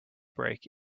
break